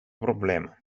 problema